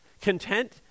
Content